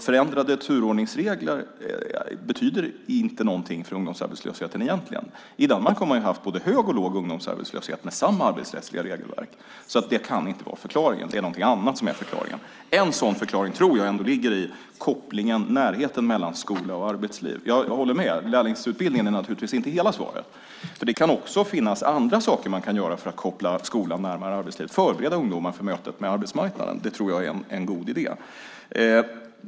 Förändrade turordningsregler betyder egentligen inte någonting för ungdomsarbetslösheten. I Danmark har de haft både hög och låg ungdomsarbetslöshet med samma arbetsrättsliga regelverk. Det kan inte vara förklaringen. Det är någonting annat som är förklaringen. Jag tror ändå att en förklaring ligger i kopplingen och närheten mellan skola och arbetsliv. Jag håller med om att lärlingsutbildningen inte är hela svaret. Det kan också finnas andra saker man kan göra för att koppla skolan närmare arbetslivet. Man kan till exempel förbereda ungdomar för mötet med arbetsmarknaden. Jag tror att det är en god idé.